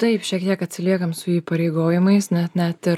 taip šiek tiek atsiliekam su įpareigojimais net net ir